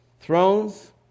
Thrones